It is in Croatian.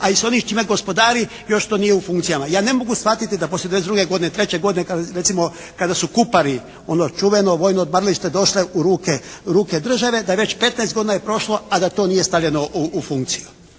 a i s onim s čime gospodari još to nije u funkcijama. Ja ne mogu shvatiti da poslije 92. godine, 93. godine recimo kada su Kupari, ono čuveno vojno odmaralište došlo u ruke države da već 15 godina je prošlo a da to nije stavljeno u funkciju.